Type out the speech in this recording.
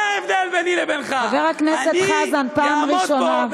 זה ההבדל ביני לבינך, חבר הכנסת חזן, פעם ראשונה.